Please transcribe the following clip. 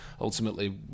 ultimately